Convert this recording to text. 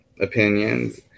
opinions